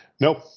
Nope